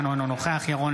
אינו נוכח יוראי להב הרצנו,